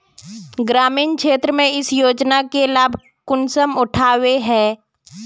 ग्रामीण क्षेत्र में इस योजना के लाभ कुंसम उठावे है?